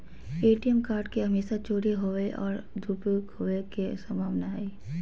ATM card के हमेशा चोरी होवय और दुरुपयोग होवेय के संभावना हइ